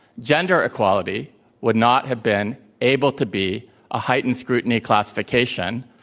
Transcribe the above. gender equality would not have been able to be a heightened scrutiny classification,